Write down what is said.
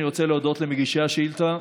אני רוצה להודות למגישי השאילתה,